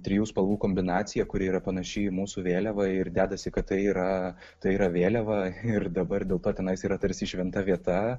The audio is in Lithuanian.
trijų spalvų kombinacija kuri yra panaši į mūsų vėliavą ir dedasi kad tai yra tai yra vėliava ir dabar dėl to tenais yra tarsi šventa vieta